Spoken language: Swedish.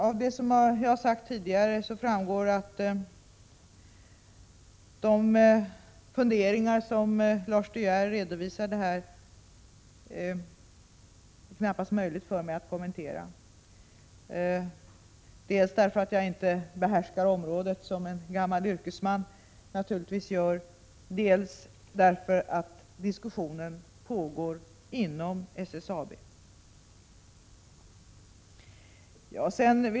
Av vad jag sagt tidigare framgår att det knappast är möjligt för mig att kommentera de funderingar som Lars De Geer redovisade — dels därför att jag inte behärskar området på samma sätt som en gammal yrkesman naturligtvis gör, dels därför att diskussionen pågår inom SSAB.